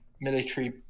military